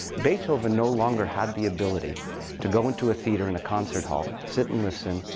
beethoven no longer had the ability to go into a theater in a concert hall, sit and listen,